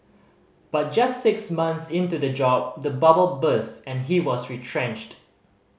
but just six months into the job the bubble burst and he was retrenched